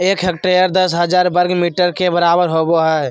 एक हेक्टेयर दस हजार वर्ग मीटर के बराबर होबो हइ